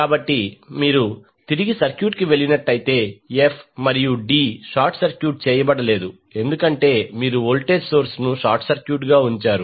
కాబట్టి మీరు తిరిగి సర్క్యూట్కు వెల్లినట్లైతే f మరియు d షార్ట్ సర్క్యూట్ చేయబడలేదు ఎందుకంటే మీరు వోల్టేజ్ సోర్స్ ను షార్ట్ సర్క్యూట్గా ఉంచారు